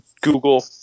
Google